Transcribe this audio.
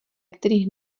kterých